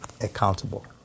accountable